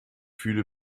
fühle